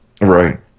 Right